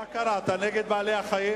מה קרה, אתה נגד בעלי-החיים?